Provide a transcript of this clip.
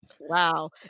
Wow